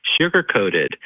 sugarcoated